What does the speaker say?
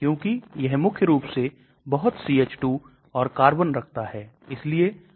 यदि आप cations को देखते हैं sodium salt और calcium salt और potassium salt और magnesium salt है